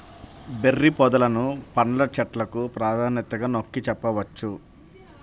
berry పొదలను పండ్ల చెట్లకు ప్రాధాన్యతగా నొక్కి చెప్పవచ్చు